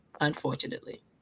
unfortunately